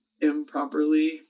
improperly